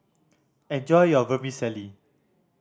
enjoy your Vermicelli